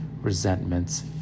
resentments